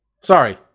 Sorry